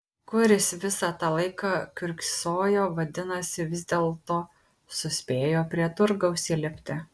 kur jis visą tą laiką kiurksojo vadinasi vis dėlto suspėjo prie turgaus įlipti